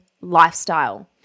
lifestyle